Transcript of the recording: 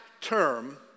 term